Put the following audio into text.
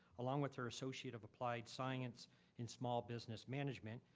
along with her associate of applied science in small business management,